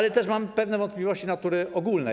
Mam też pewne wątpliwości natury ogólnej.